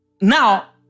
Now